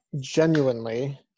genuinely